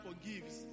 forgives